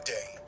Day